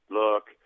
look